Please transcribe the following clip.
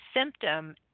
symptom